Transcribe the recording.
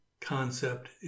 concept